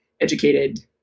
educated